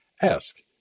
ask